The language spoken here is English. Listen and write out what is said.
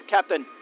Captain